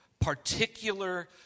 particular